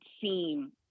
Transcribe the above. seem